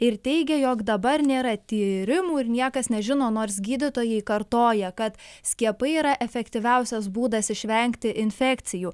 ir teigė jog dabar nėra tyrimų ir niekas nežino nors gydytojai kartoja kad skiepai yra efektyviausias būdas išvengti infekcijų